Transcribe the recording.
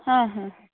ಹಾಂ ಹಾಂ